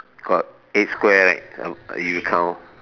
got eight square leh you count